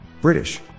British